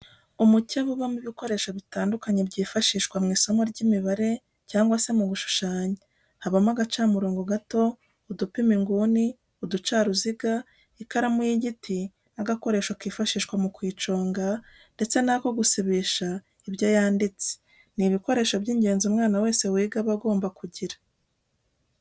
Umukebe ubamo ibikoresho bitandukanye byifashishwa mu isomo ry'imibare cyangwa se mu gushushanya, habamo agacamurongo gato, udupima inguni, uducaruziga, ikaramu y'igiti n'agakoresho kifashishwa mu kuyiconga ndetse n'ako gusiba ibyo yanditse, ni ibikoresho by'ingenzi umwana wese wiga aba agomba kugira.